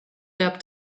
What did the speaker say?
peab